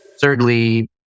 Thirdly